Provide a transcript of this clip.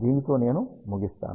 దీనితో నేను ముగిస్తాను